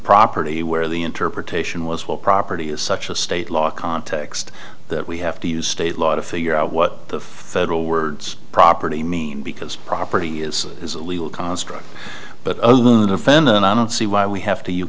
property where the interpretation was what property is such a state law context that we have to use state law to figure out what the federal words property mean because property is is a legal construct but other than offend and i don't see why we have to you